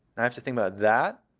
i have to think about that?